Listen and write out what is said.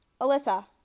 Alyssa